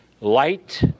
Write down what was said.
light